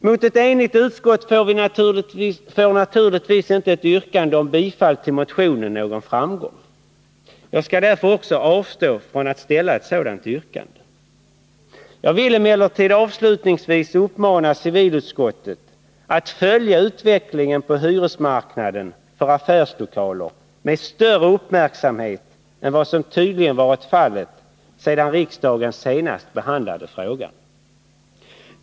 Mot ett enigt utskott får naturligtvis ett yrkande om bifall till motionen inte någon framgång. Jag skall därför också avstå från att ställa ett sådant yrkande. Jag vill emellertid avslutningsvis uppmana civilutskottet att följa utvecklingen på hyresmarknaden för affärslokaler med större uppmärksamhet än vad det tydligen har gjort sedan riksdagen senast behandlade frågan.